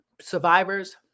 survivors